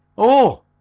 oh!